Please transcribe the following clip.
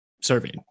serving